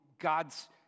God's